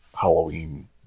Halloween